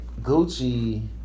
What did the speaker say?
Gucci